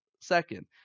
second